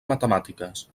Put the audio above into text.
matemàtiques